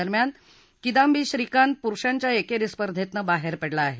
दरम्यान किदांबी श्रीकांत पुरूषांच्या एकेरी स्पर्धेतनं बाहेर पडला आहे